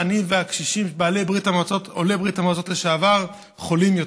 העניים והקשישים עולי ברית המועצות לשעבר חולים יותר.